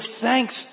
thanks